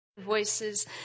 voices